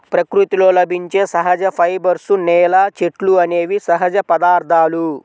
ప్రకృతిలో లభించే సహజ ఫైబర్స్, నేల, చెట్లు అనేవి సహజ పదార్థాలు